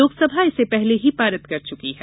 लोकसभा इसे पहले ही पारित कर चुकी है